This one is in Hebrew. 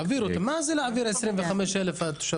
מה זה להעביר 25,000 תושבים?